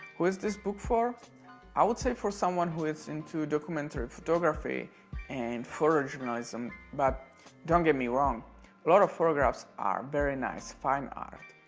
who is this book for i would say for someone who is into documentary photography and photojournalism but don't get me wrong a lot of photographs are very nice fine art.